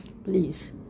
Please